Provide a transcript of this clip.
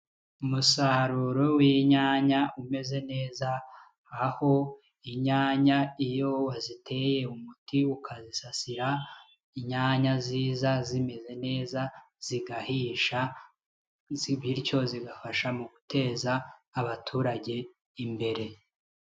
Umusaruro w'inyanya umeze neza, aho inyanya iyo waziteye umuti ukasasira, inyanya ziza zimeze neza zigahisha bityo zigafasha mu guteza abaturage imbere.